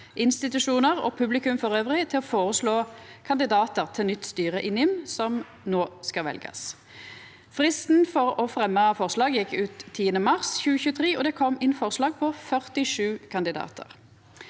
institusjonar og publikum elles til å føreslå kandidatar til det nye styret i NIM, som no skal veljast. Fristen for å fremja forslag gjekk ut 10. mars 2023, og det kom inn forslag på 47 kandidatar.